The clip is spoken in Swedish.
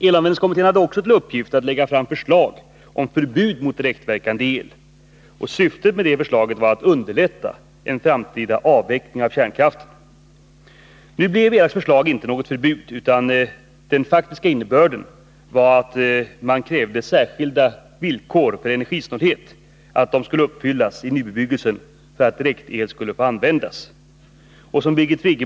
Elanvändningskommittén hade också till uppgift att lägga fram förslag om förbud mot direktverkande el. Syftet med detta var att underlätta en framtida avveckling av kärnkraften. Nu blev kommitténs förslag inte något förbud, utan den faktiska innebörden var att man krävde att särskilda villkor för energisnålhet skulle uppfyllas för att direktel skulle få användas i nybebyggelsen.